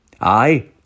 Aye